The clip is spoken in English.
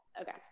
Okay